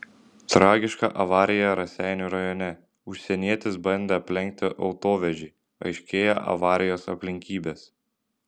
tragiška avarija raseinių rajone užsienietis bandė aplenkti autovežį aiškėja avarijos aplinkybės